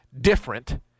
different